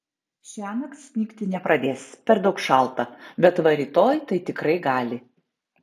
šiąnakt snigti nepradės per daug šalta bet va rytoj tai tikrai gali